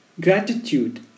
Gratitude